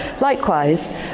Likewise